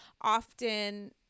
often